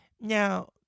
Now